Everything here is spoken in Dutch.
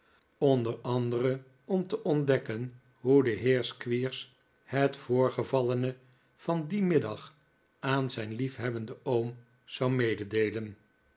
onder anderen om te ontdekken hoe de heer squeers het voorgevallene van dien middag aan zijn liefhebbenden oom zou mededeelen